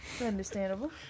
Understandable